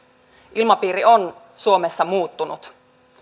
ilmapiiri on suomessa muuttunut